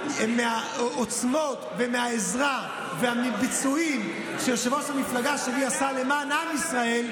מהעוצמות ומהעזרה ומהביצועים שיושב-ראש המפלגה שלי עשה למען עם ישראל,